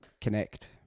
Connect